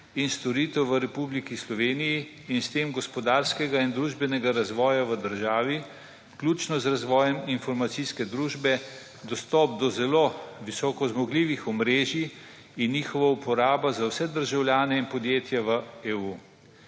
in storitev v Republiki Sloveniji in s tem gospodarskega in družbenega razvoja v državi, vključno z razvojem informacijske družbe, dostop do zelo visokozmogljivih omrežij in njihova uporaba za vse državljane in podjetja v EU.